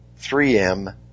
3M